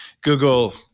Google